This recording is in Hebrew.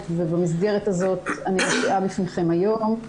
ובמסגרת הזאת אני מופיעה בפניכם היום.